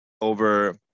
over